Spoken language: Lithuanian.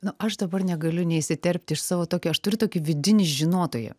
nu aš dabar negaliu neįsiterpti iš savo tokio aš turiu tokį vidinį žinotoją